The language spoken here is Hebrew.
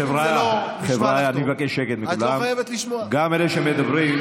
חבריא, אם זה לא נשמע לך טוב, חבריא, חבריא,